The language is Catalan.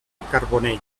carbonell